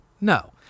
No